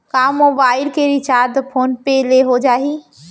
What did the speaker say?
का मोबाइल के recharge PhonePe ले हो जाही?